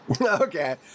Okay